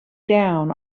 down